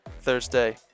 Thursday